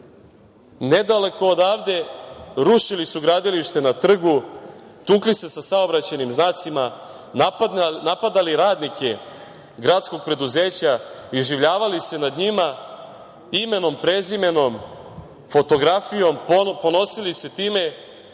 odavde rušili su gradilište na Trgu, tukli se sa saobraćajnim znacima, napadali radnike gradskog preduzeća, iživljavali se nad njima, imenom, prezimenom, fotografisali, ponosili se time